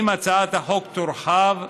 אם הצעת החוק תורחב,